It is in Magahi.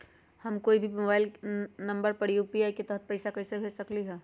हम कोई के मोबाइल नंबर पर यू.पी.आई के तहत पईसा कईसे भेज सकली ह?